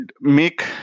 make